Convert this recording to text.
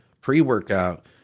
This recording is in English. pre-workout